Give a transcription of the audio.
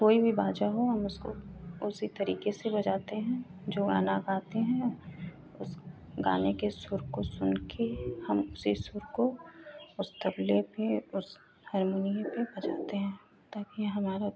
कोई भी बाजा हो हम उसको उसी तरीके से बजाते हैं जो गाना गाते हैं उस गाने के सुर को सुन कर हम उसी सुर को उस तबले पर उस हरमुनिये पर बजाते हैं ताकि हमारा